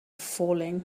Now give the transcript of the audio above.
falling